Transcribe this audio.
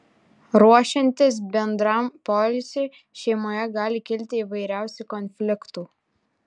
ruošiantis bendram poilsiui šeimoje gali kilti įvairiausių konfliktų